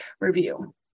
review